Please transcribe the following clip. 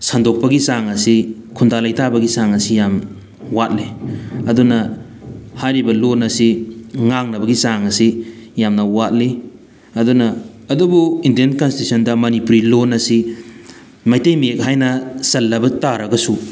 ꯁꯟꯗꯣꯛꯄꯒꯤ ꯆꯥꯡ ꯑꯁꯤ ꯈꯨꯟꯗꯥ ꯂꯩꯇꯥꯕꯒꯤ ꯆꯥꯡ ꯑꯁꯤ ꯌꯥꯝ ꯋꯥꯠꯂꯤ ꯑꯗꯨꯅ ꯍꯥꯏꯔꯤꯕ ꯂꯣꯟ ꯑꯁꯤ ꯉꯥꯡꯅꯕꯒꯤ ꯆꯥꯡ ꯑꯁꯤ ꯌꯥꯝꯅ ꯋꯥꯠꯂꯤ ꯑꯗꯨꯅ ꯑꯗꯨꯕꯨ ꯏꯟꯗꯤꯌꯟ ꯀꯟꯁꯇꯤꯇ꯭ꯌꯨꯁꯟꯗ ꯃꯅꯤꯄꯨꯔꯤ ꯂꯣꯟ ꯑꯁꯤ ꯃꯩꯇꯩ ꯃꯌꯦꯛ ꯍꯥꯏꯅ ꯆꯜꯂꯕ ꯇꯥꯔꯒꯁꯨ